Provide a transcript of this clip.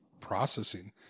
processing